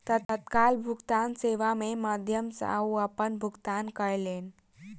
तत्काल भुगतान सेवा के माध्यम सॅ ओ अपन भुगतान कयलैन